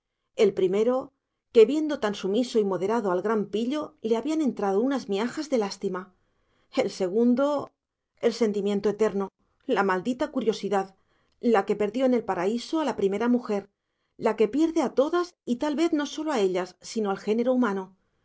el primero que viendo tan sumiso y moderado al gran pillo le habían entrado unas miajas de lástima el segundo el sentimiento eterno la maldita curiosidad la que perdió en el paraíso a la primera mujer la que pierde a todas y tal vez no sólo a ellas sino al género humano